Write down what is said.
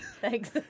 Thanks